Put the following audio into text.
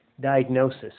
diagnosis